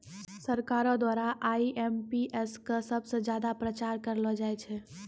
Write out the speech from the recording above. सरकारो द्वारा आई.एम.पी.एस क सबस ज्यादा प्रचार करलो जाय छै